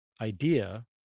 idea